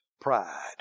pride